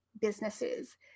businesses